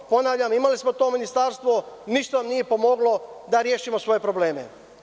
Ponavljam, imali smo to Ministarstvo, ništa nam nije pomoglo da rešimo svoje probleme.